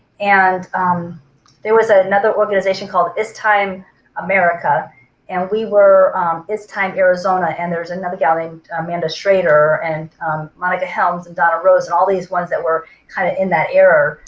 and there was ah another organization called it's time america and we were it's time arizona and there's another gal named amanda schrader and monica helms and donna rosa's all these ones that were kind of in that era.